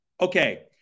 Okay